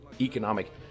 economic